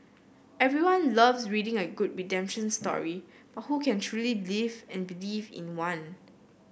everyone loves reading a good redemption story but who can truly live and believe in one